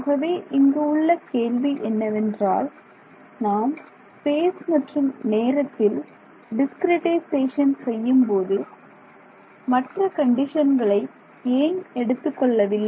ஆகவே இங்கு உள்ள கேள்வி என்னவென்றால் நாம் ஸ்பேஸ் மற்றும் நேரத்தில் டிஸ்கிரிட்டைசேஷன் செய்யும்பொழுது மற்ற கண்டிஷன்களை ஏன் எடுத்துக் கொள்ளவில்லை